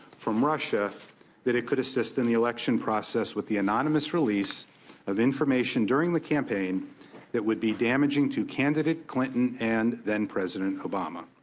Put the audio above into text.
from russia that it could assist in the election process with the anonymous release of information during the campaign that would be damaging to candidate clinton and then president obama.